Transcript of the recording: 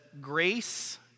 grace